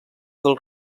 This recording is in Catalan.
del